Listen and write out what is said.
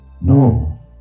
No